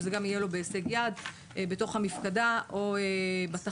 ושזה גם יהיה לו בהישג יד בתוך המפקדה או בתחנה.